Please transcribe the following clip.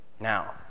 Now